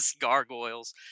gargoyles